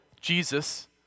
Jesus